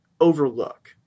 overlook